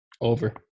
Over